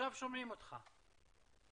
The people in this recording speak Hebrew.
שלום.